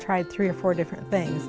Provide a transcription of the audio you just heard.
tried three or four different things